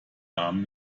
arm